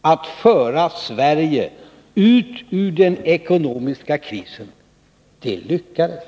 att föra Sverige ut ur den ekonomiska krisen. Det lyckades.